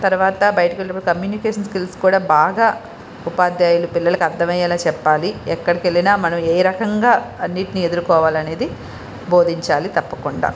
తరువాత బయటకి వెళ్ళినప్పుడు కమ్యూనికేషన్ స్కిల్స్ కూడా బాగా ఉపాధ్యాయులు పిల్లలకి అర్ధం అయ్యేలా చెప్పాలి ఎక్కడికి వెళ్ళినా ఏ రకంగా అన్నింటినీ ఎదుర్కోవాలి అనేది బోధించాలి తప్పకుండా